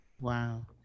Wow